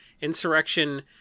Insurrection